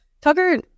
Tucker